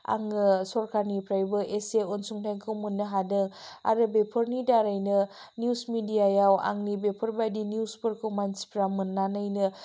आङो सरकारनिफ्राबो एसे अनसुंथाइखौ मोननो हादों आरो बेफोरनि दारैनो निउस मि़डियायाव आंनि बेफोरबायदि निउसफोरखौ मानसिफ्रा मोन्नानैनो